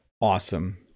awesome